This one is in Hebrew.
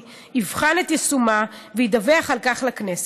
יבחן את יישומה וידווח על כך לכנסת.